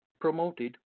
promoted